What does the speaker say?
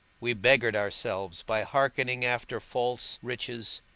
we beggared ourselves by hearkening after false riches,